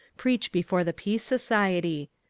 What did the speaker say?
preach before the peace society.